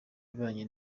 ibanye